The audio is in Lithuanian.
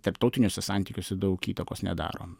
tarptautiniuose santykiuose daug įtakos nedaro